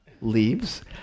leaves